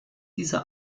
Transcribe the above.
diese